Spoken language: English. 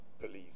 police